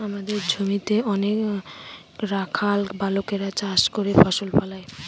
আমাদের জমিতে অনেক রাখাল বালকেরা চাষ করে ফসল ফলায়